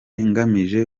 ngamije